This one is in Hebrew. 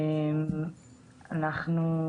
אנחנו,